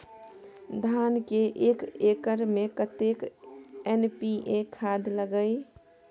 धान के एक एकर में कतेक एन.पी.ए खाद लगे इ?